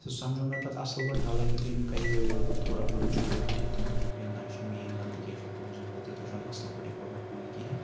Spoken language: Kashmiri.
سُہ سمجوو مےٚ پَتہٕ اَصٕل پٲٹھۍ حالانکہِ تٔمۍ کَرےیو گۄڈٕ گۄڈٕ تھوڑا بہت جہل کَریو تٔمۍ تٔمۍ دوٚپ ہے نہ یہِ چھَنہٕ میٛٲنۍ غلطی کینٛہہ یہِ چھو تُہٕنٛزٕے غلطی تۄہہِ چھو نہٕ اَصٕل پٲٹھۍ یہِ کوٚرمُت ہُہ یہِ کِہیٖنۍ